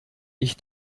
ich